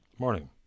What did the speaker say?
morning